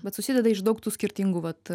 bet susideda iš daug tų skirtingų vat